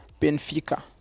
Benfica